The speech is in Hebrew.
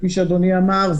כפי שאדוני אמר,